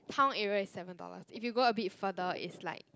town area is seven dollars if you go a bit further is like